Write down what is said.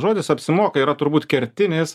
žodis apsimoka yra turbūt kertinis